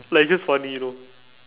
like it's just funny you know